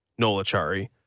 Nolachari